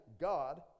God